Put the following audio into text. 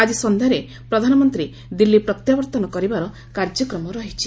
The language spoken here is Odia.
ଆଜି ସନ୍ଧ୍ୟାରେ ପ୍ରଧାନମନ୍ତୀ ଦିଲ୍ଲୀ ପ୍ରତ୍ୟାବର୍ତ୍ତନ କରିବାର କାର୍ଯ୍ୟକ୍ରମ ରହିଛି